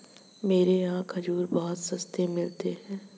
मेरे यहाँ खजूर बहुत सस्ते मिलते हैं